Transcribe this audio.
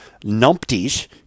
numpties